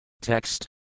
Text